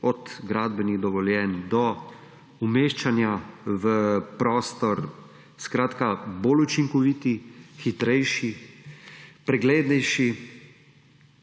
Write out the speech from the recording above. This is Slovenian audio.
od gradbenih dovoljenj do umeščanja v prostor bolj učinkoviti, hitrejši, preglednejši